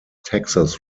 texas